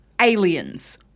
aliens